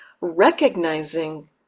recognizing